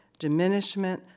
diminishment